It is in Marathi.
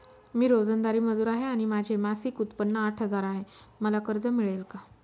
मी रोजंदारी मजूर आहे आणि माझे मासिक उत्त्पन्न आठ हजार आहे, मला कर्ज मिळेल का?